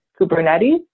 Kubernetes